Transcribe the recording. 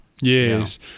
yes